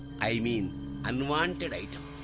i mean unwanted item